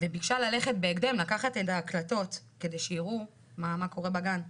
וביקשה ללכת בהקדם לקחת את ההקלטות כדי שיראו מה קורה בגן.